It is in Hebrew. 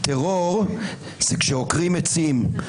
טרור זה כשעוקרים עצים,